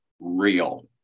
real